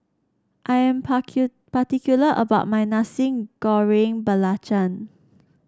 I am parti particular about my Nasi Goreng Belacan